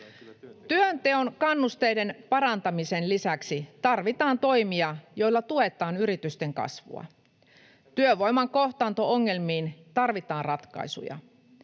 Työnteon kannusteiden parantamisen lisäksi tarvitaan toimia, joilla tuetaan yritysten kasvua. Työvoiman kohtaanto-ongelmiin tarvitaan ratkaisuja.